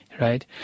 right